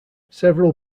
several